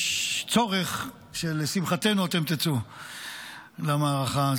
יש צורך שלשמחתנו אתם תצאו למערכה.